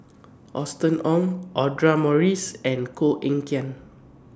Austen Ong Audra Morrice and Koh Eng Kian